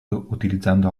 utilizzando